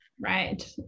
Right